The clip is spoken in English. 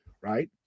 right